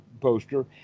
poster